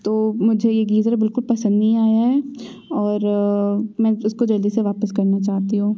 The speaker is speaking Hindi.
तो मुझे ये गीज़र बिल्कुल पसंद नहीं आया है और मैं इसको जल्दी से वापस करना चाहती हूँ